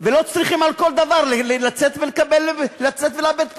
ולא צריכים על כל דבר לצאת ולאבד פרופורציות.